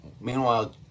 Meanwhile